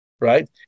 right